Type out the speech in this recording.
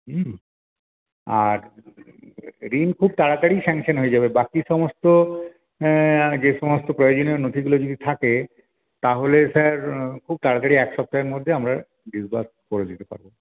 হুম আর ঋণ খুব তাড়াতাড়ি স্যাংশাং হয়ে যাবে বাকি সমস্ত যে সমস্ত প্রয়োজনীয় নথিগুলো যদি থাকে তাহলে স্যার খুব তাড়াতাড়ি এক সপ্তাহের মধ্যে আমরা ডিসবার্স করে দিতে পারবো